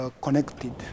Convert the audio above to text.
connected